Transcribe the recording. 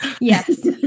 yes